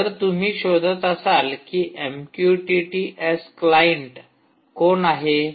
जर तुम्ही शोधात असाल कि एमक्यूटीटी एस क्लाइंट कोण आहे